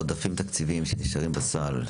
עודפים תקציביים שנשארים בסל,